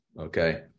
okay